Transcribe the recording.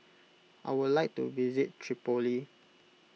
I would like to visit Tripoli